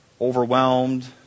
Overwhelmed